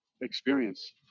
experience